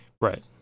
right